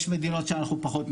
יש מדינות שאנחנו פחות.